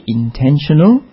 intentional